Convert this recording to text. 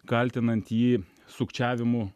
kaltinant jį sukčiavimu